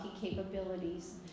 capabilities